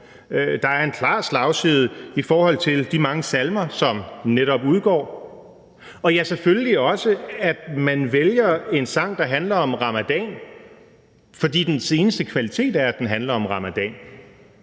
Der er en klar slagside i forhold til de mange salmer, som netop udgår. Kl. 23:04 Det gælder selvfølgelig også det, at man vælger en sang, der handler om ramadanen, fordi dens eneste kvalitet er, at den handler om ramadanen.